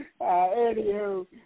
Anywho